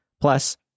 Plus